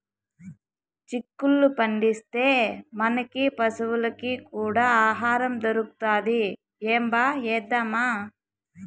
చిక్కుళ్ళు పండిస్తే, మనకీ పశులకీ కూడా ఆహారం దొరుకుతది ఏంబా ఏద్దామా